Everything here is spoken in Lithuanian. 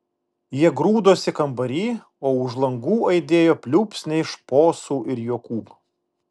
jie grūdosi kambary o už langų aidėjo pliūpsniai šposų ir juokų